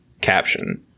caption